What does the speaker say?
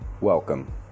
welcome